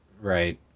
Right